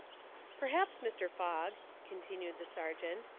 perhaps, mr. fogg, continued the ser geant,